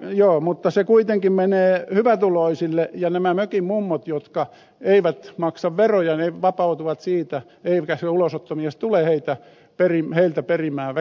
joo mutta se kuitenkin menee hyvätuloisille ja nämä mökin mummot jotka eivät maksa veroja vapautuvat siitä eikä se ulosottomies tule heiltä väkisin perimään